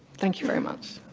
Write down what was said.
thank you very much.